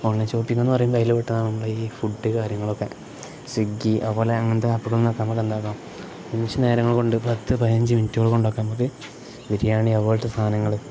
online shopping എന്ന് പറയുമ്പോൾ അതിലോട്ട് ഈ നമ്മൾ ഫുഡ് കാര്യങ്ങളൊക്കെ സ്വിഗ്ഗി അത് പോലെ അങ്ങനത്തെ അപ്പകളും നിന്നൊക്കെ നമുക്ക് എന്താക്കാം നിമിഷ നേരങ്ങൾ കൊണ്ട് പത്ത് പതിനഞ്ച് മിനിറ്റുകൾ കൊണ്ടൊക്കെ നമുക്ക് ബിരിയാണി അത്പോലത്തെ സാധനങ്ങൾ